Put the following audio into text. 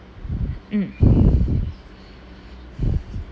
mm